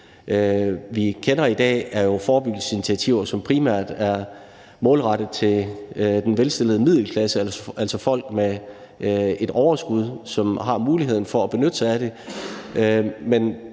vi kender i dag, er jo forebyggelsesinitiativer, som primært er målrettet den velstillede middelklasse, altså folk med et overskud, som har mulighed for at benytte sig af det,